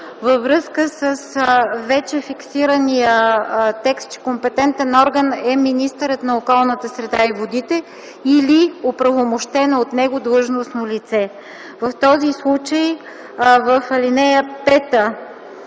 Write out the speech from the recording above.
във връзка с вече фиксирания текст, че компетентен орган е министърът на околната среда и водите или оправомощено от него длъжностно лице. В този случай в ал. 5 на